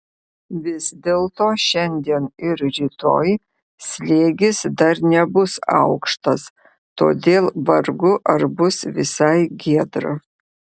vis dėlto šiandien ir rytoj slėgis dar nebus aukštas todėl vargu ar bus visai giedra